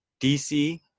DC